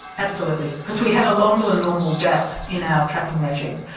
absolutely, because we had a longer than normal gap in our trapping regime.